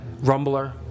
Rumbler